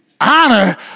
Honor